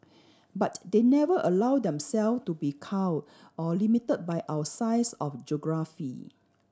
but they never allowed them self to be cowed or limited by our size or geography